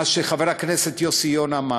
מה שחבר הכנסת יוסי יונה אמר,